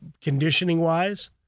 Conditioning-wise